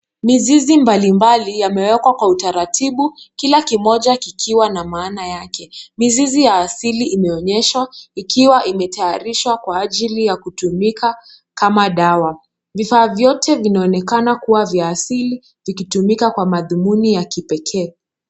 Mizizi mbalimbali yamewekwa kwa utaratibu, Kila kimoja kikiwa na maana yake mizizi ya hasili imeonyeshwa ikiwa imetaarishwa kwa ajili ya kama dawa ,vifaa vyote vinaoonekana kuwa ni vya asili ikitumika kwa matumuni ya kipekee.